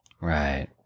Right